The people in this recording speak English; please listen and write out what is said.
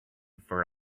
for